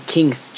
King's